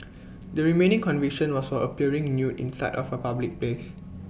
the remaining conviction was appearing nude in sight of A public place